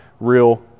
real